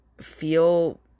feel